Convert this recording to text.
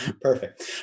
perfect